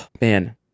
man